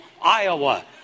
Iowa